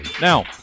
Now